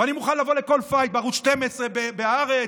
ואני מוכן לבוא לכל פייט בערוץ 12, בהארץ,